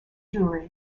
jewry